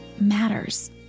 matters